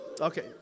Okay